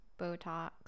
botox